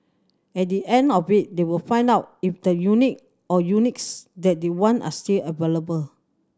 at the end of it they will find out if the unit or units that they want are still available